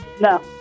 No